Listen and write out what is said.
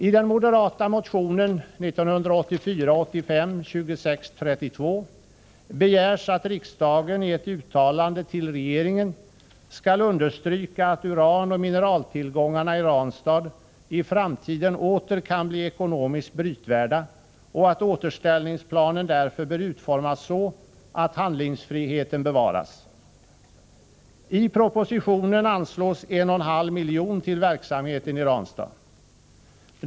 I den moderata motionen 1984/85:2632 begär man att riksdagen i ett uttalande till regeringen skall understryka att uranoch mineraltillgångarna i Ranstad i framtiden åter kan bli ekonomiskt brytvärda och att återställningsplanen därför bör utformas så att handlingsfriheten bevaras. I propositionen anslås 1,5 miljoner till verksamheten i Ranstad.